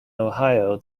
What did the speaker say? ohio